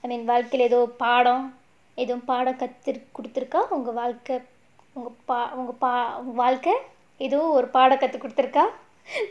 I mean பாடம் ஏதும் பாடம் கத்து கொடுத்துருக்கா:paadam edhum paadam edhum kathu koduthurukkaa tell me tell me about it